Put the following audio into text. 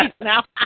now